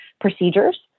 procedures